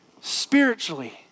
Spiritually